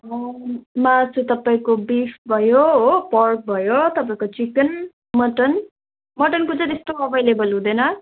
मोमोमा चाहिँ तपाईँको बिफ भयो हो पोर्क भयो तपाईँको चिकन मटन मटनको चाहिँ त्यस्तो अभाएलेबल हुँदैन